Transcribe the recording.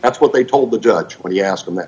that's what they told the judge when he asked them that